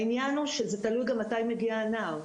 העניין הוא שזה תלוי גם מתי מגיע הנער.